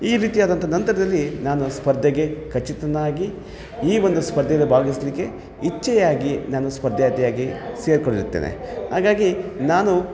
ಈ ರೀತಿಯಾದಂಥ ನಂತರದಲ್ಲಿ ನಾನು ಸ್ಪರ್ಧೆಗೆ ಖಚಿತನಾಗಿ ಈ ಒಂದು ಸ್ಪರ್ಧೆಯಲ್ಲಿ ಭಾಗವಹಿಸ್ಲಿಕ್ಕೆ ಇಚ್ಛೆಯಾಗಿ ನಾನು ಸ್ಪರ್ಧೆಯಾತ್ರಿಯಾಗಿ ಸೇರಿಕೊಂಡಿರ್ತೇನೆ ಹಾಗಾಗಿ ನಾನು